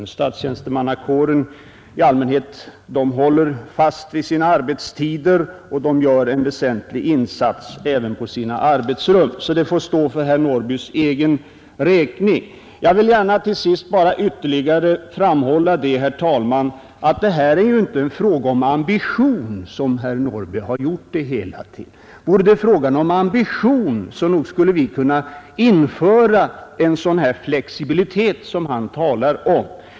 Statstjänstemannakåren håller i allmänhet fast vid sina arbetstider och gör en väsentlig insats även på sina arbetsrum, så herr Norrbys uttalande får stå för hans egen räkning. Till sist vill jag bara ytterligare framhålla, herr talman, att det här inte är en fråga om ambition, som herr Norrby har gjort det hela till. Vore det fråga om ambition, så nog skulle vi kunna införa en sådan flexibilitet som han talar om.